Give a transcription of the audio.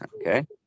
okay